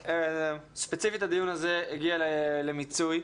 ספציפית הדיון הזה הגיע למיצוי.